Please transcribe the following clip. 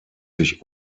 sich